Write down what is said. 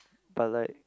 but like